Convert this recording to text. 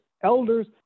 elders